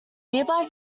nearby